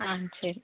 ஆ சரி